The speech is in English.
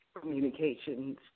Communications